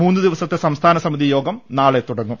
മൂന്ന് ദിവസത്തെ സംസ്ഥാന സമിതി യോഗം നാളെ തുടങ്ങും